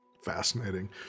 Fascinating